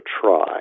try